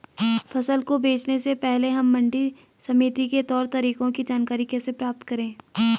फसल को बेचने से पहले हम मंडी समिति के तौर तरीकों की जानकारी कैसे प्राप्त करें?